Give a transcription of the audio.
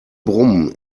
brummen